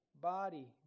body